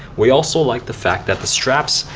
we also like the fact that the straps,